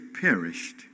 perished